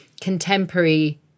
contemporary